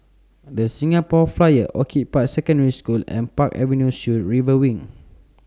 The Singapore Flyer Orchid Park Secondary School and Park Avenue Suites River Wing